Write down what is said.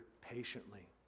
patiently